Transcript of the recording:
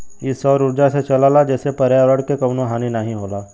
इ सौर उर्जा से चलला जेसे पर्यावरण के कउनो हानि नाही होला